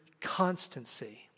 constancy